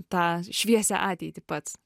tą šviesią ateitį pats